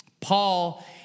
Paul